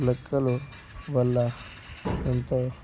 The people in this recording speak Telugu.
లెక్కల వల్ల ఎంతో